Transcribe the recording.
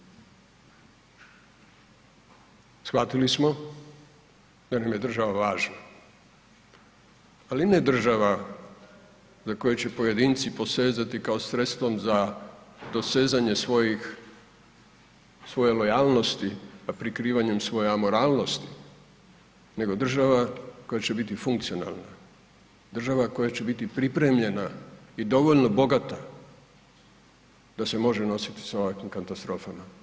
Shvatili smo da nam je država važna, ali ne država za koju će pojedinci posezati kao sredstvom za dosezanje svoje lojalnosti, a prikrivanjem svoje amoralnosti nego država koja će biti funkcionalna, država koja će biti pripremljena i dovoljno bogata da se može nositi sa ovakvim katastrofama.